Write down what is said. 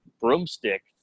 broomstick